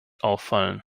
auffallen